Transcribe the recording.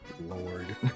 Lord